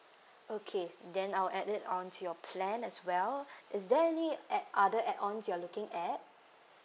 okay then I'll add it on to your plan as well is there any add other add ons you're looking at